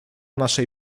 naszej